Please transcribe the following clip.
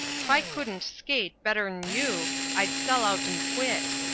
ficoodn't skate better'n you i'd sell-out'n'quit.